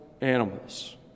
animals